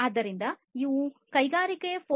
ಆದ್ದರಿಂದ ಇವು ಕೈಗಾರಿಕೆ 4